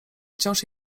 wciąż